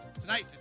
Tonight